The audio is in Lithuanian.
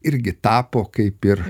irgi tapo kaip ir